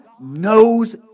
knows